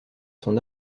son